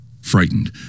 Frightened